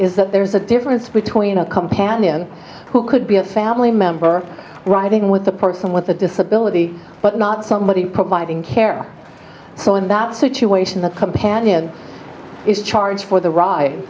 is that there's a difference between a companion who could be a family member riding with the person with a disability but not somebody providing care so in that situation the companion is charged for the ride